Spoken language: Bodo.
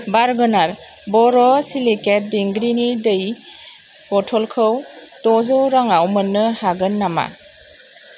बार्गनार बर' सिलिकेट दिंग्रिनि दै बथलखौ द' जौ राङाव मोन्नो हागोन नामा